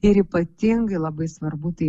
ir ypatingai labai svarbu tai